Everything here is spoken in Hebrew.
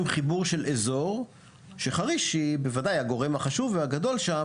חיבור של אזור שחריש היא בוודאי הגורם החשוב והגדול שם